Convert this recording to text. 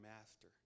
master